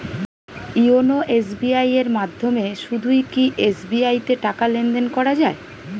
YONO SBI এর মাধ্যমে শুধুই কি এস.বি.আই তে টাকা লেনদেন করা যায়?